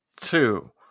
two